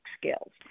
skills